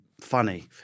funny